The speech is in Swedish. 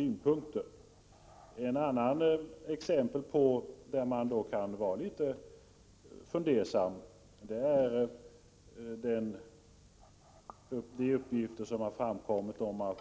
Ett annat exempel, där man kan vara litet fundersam är när det gäller uppgifter som har framkommit om